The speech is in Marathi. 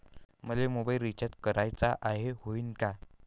मले मोबाईल रिचार्ज कराचा हाय, होईनं का?